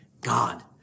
God